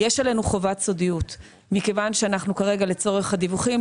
יש עלינו חובת סודיות מכיוון שאנחנו כרגע לצורך הדיווחים,